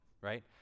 right